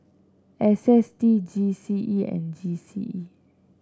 S S T G C E and G C E